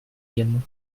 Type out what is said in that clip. également